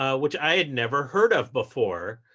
ah which i had never heard of before.